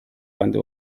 abandi